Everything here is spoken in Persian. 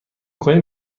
کنی